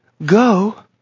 Go